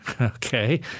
okay